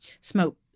smoke